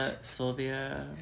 Sylvia